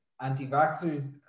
anti-vaxxers